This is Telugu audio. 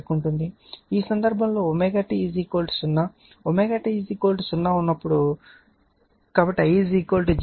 ఈ సందర్భంలోω t 0 ω t 0 ఉన్నప్పుడు కాబట్టి I 0 అని పరిగణించండి